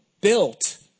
built